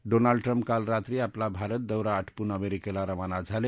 Donald Trump काल रात्री आपला भारत दौरा आटोपून अमेरिकेला रवाना झाले